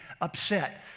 upset